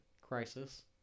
crisis